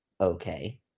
Okay